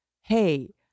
Hey